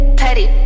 petty